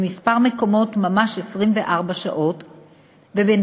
בכמה מקומות ממש 24 שעות ביממה.